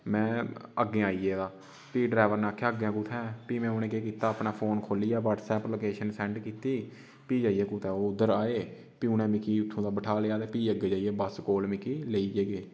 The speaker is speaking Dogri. में अग्गें आई गेदा फ्ही ड्रैवर ने आखेआ अग्गें कुत्थें फ्ही उ'नें मैं केह् कीता अपना फोन खोह्लियै व्हाट्सअप लोकेशन सेंड कीती फ्ही जाइयै कुदै ओह् उद्धर आए फ्ही उ'नें मिगी उत्थुं दा बठालेया फ्ही अग्गें जाइयै बस कोल मिगी लेइयै गे